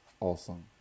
awesome